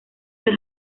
del